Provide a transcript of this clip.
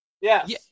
Yes